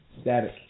Static